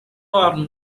are